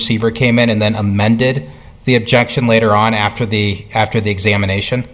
receiver came in and then amended the objection later on after the after the examination